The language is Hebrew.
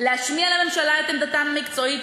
להשמיע לממשלה את עמדתם המקצועית,